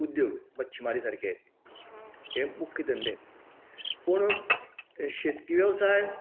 उद्योग मच्छिमारी सारकें हे मुख्य धंदे पूण शेतकी वेवसाय